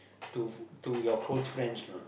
to to your close friends lah